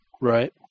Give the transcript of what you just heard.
right